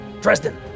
Dresden